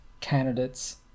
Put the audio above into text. candidates